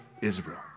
Israel